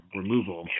removal